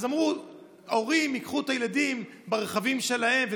אז אמרו: ההורים ייקחו את הילדים ברכבים שלהם.